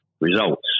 results